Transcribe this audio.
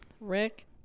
rick